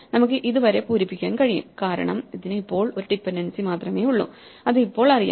നമുക്ക് ഇത് വരെ പൂരിപ്പിക്കാൻ കഴിയും കാരണം ഇതിന് ഇപ്പോൾ ഒരു ഡിപെൻഡൻസി മാത്രമേ ഉള്ളു അത് ഇപ്പോൾ അറിയാം